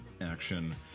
action